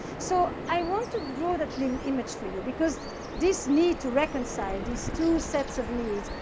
so i want to draw that little image for you, because this need to reconcile these two sets of needs,